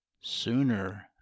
Sooner